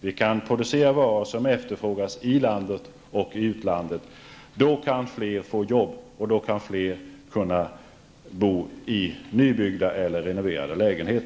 Då kan vi producera varor som efterfrågas i Sverige och i utlandet. Då kan fler få jobb och fler bo i nybyggda eller renoverade lägenheter.